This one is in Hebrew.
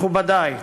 מכובדי,